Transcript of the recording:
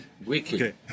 weekly